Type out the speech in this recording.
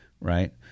right